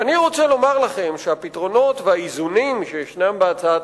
ואני רוצה לומר לכם שהפתרונות והאיזונים שישנם בהצעת